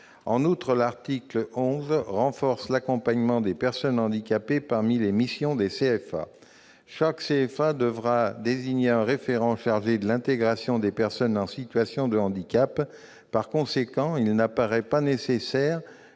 En outre, l'article 11 renforce l'accompagnement des personnes handicapées parmi les missions des CFA. Chaque CFA devra désigner un référent chargé de l'intégration des personnes en situation de handicap. Il ne paraît pas nécessaire